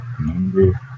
number